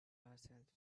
ourselves